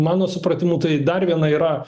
mano supratimu tai dar viena yra